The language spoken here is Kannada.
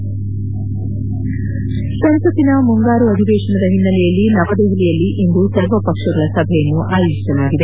ಹೆಡ್ ಸಂಸತ್ತಿನ ಮುಂಗಾರು ಅಧಿವೇಶನದ ಹಿನ್ನೆಲೆಯಲ್ಲಿ ನವದೆಹಲಿಯಲ್ಲಿ ಇಂದು ಸರ್ವ ಪಕ್ಷಗಳ ಸಭೆಯನ್ನು ಆಯೋಜಿಸಲಾಗಿದೆ